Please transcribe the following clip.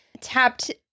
tapped